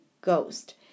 Ghost